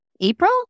April